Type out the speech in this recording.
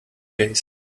days